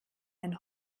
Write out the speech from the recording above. ein